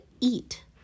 eat